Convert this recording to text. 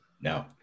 no